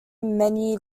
many